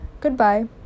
Goodbye